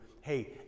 hey